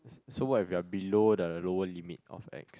so what if you're below the lower limit of X